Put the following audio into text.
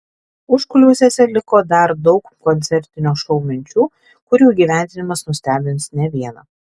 užkulisiuose liko dar daug koncertinio šou minčių kurių įgyvendinimas nustebins ne vieną